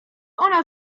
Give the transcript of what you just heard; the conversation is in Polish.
ona